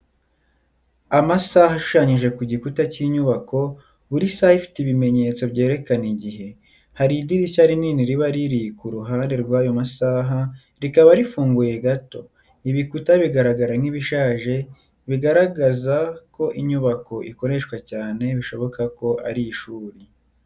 Amasaha ashushanyije ku gikuta cy'inyubako, buri Saha ifite ibimenyetso byerekana igihe. Hari idirishya rinini riba riri ku ruhande rw'ayo masaha rikaba rifunguye gato. Ibikuta bigaragara nkibishaje , bigaragaza ko inyubako ikoreshwa cyane bishoboka ko ari ishuri.